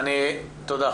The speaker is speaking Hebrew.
תודה.